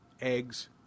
eggs